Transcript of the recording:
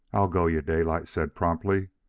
i'll go you, daylight said promptly.